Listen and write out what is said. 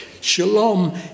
Shalom